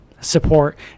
support